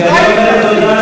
כשאני אומר תודה,